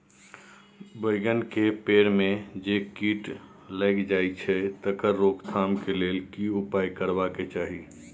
बैंगन के पेड़ म जे कीट लग जाय छै तकर रोक थाम के लेल की उपाय करबा के चाही?